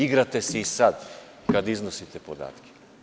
Igrate se i sad kad iznosite podatke.